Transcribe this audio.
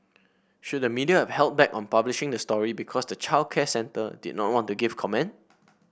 should the media have held back on publishing the story because the childcare centre did not want to give comment